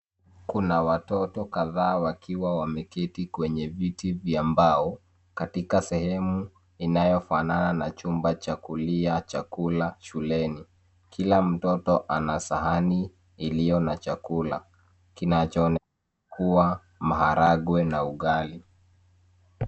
Kuna watoto kadhaa wakiwa wameketi kwenye viti vya mbao katika sehemu inayofanana na chumba cha kulia chakula shuleni. Kila mtoto ana sahani iliyo na chakula kinachoonekana kuwa maharagwe na ugali.